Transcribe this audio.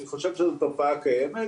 אני חושב שזו תופעה קיימת.